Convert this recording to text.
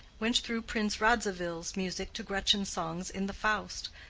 went through prince radzivill's music to gretchen's songs in the faust,